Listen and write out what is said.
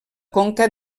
conca